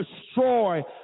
destroy